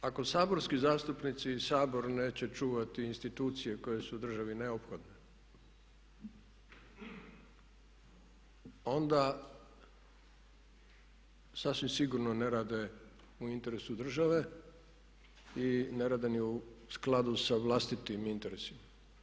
Prvo, ako saborski zastupnici i Sabor neće čuvati institucije koje su u državi neophodne onda sasvim sigurno ne rade u interesu države i ne rade ni u skladu sa vlastitim interesima.